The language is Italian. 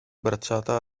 bracciata